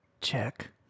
Check